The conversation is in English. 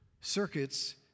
circuits